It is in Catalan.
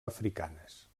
africanes